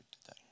today